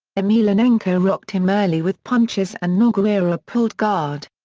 emelianenko rocked him early with punches and nogueira pulled guard.